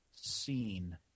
seen